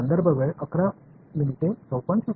மாணவர்முடிந்தவரை பெரியது